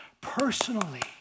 personally